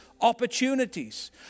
opportunities